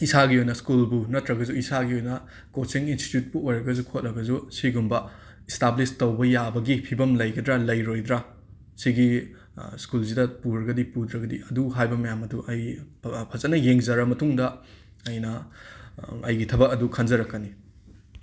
ꯏꯁꯥꯒꯤ ꯑꯣꯏꯅ ꯁ꯭ꯀꯨꯜꯕꯨ ꯅꯠꯇ꯭ꯔꯒꯁꯨ ꯏꯁꯥꯒꯤ ꯑꯣꯏꯅ ꯀꯣꯆꯤꯡ ꯏꯟꯁꯇꯤꯇ꯭ꯌꯨꯠꯄꯨ ꯑꯣꯏꯔꯒꯁꯨ ꯈꯣꯠꯂꯒꯁꯨ ꯁꯤꯒꯨꯝꯕ ꯏꯁꯇꯥꯕ꯭ꯂꯤꯁ ꯇꯧꯕ ꯌꯥꯕꯒꯤ ꯐꯤꯚꯝ ꯂꯩꯒꯗ꯭ꯔ ꯂꯩꯔꯣꯏꯗ꯭ꯔ ꯁꯤꯒꯤ ꯁ꯭ꯀꯨꯜꯁꯤꯗ ꯄꯨꯔꯒꯗꯤ ꯄꯨꯗ꯭ꯔꯒꯗꯤ ꯑꯗꯨ ꯍꯥꯏꯕ ꯃꯌꯥꯝ ꯑꯗꯨ ꯑꯩ ꯐꯖꯅ ꯌꯦꯡꯖꯔ ꯃꯥꯇꯨꯡꯗ ꯑꯩꯅ ꯑꯩꯒꯤ ꯊꯕꯛ ꯑꯗꯨ ꯈꯟꯖꯔꯛꯀꯅꯤ